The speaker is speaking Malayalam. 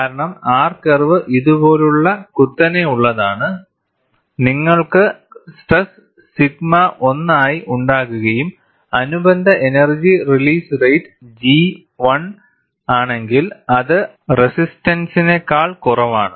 കാരണം R കർവ് ഇതുപോലുള്ള കുത്തനെയുള്ളതാണ് നിങ്ങൾക്ക് സ്ട്രെസ് സിഗ്മ 1 ആയി ഉണ്ടാകുകയും അനുബന്ധ എനർജി റിലീസ് റേറ്റ് G1 ആണെങ്കിൽ അത് റെസിസ്റ്റൻസിനെക്കാൾ കുറവാണ്